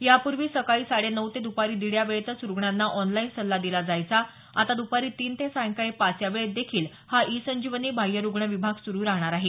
यापूर्वी सकाळी साडे नऊ ते द्पारी दीड या वेळेतच रुग्णांना ऑनलाईन सल्ला दिला जायचा आता दुपारी तीन ते सायंकाळी पाच या वेळेत देखील हा ई संजीवनी बाह्य रुग्ण विभाग सुरु असणार आहे